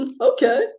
Okay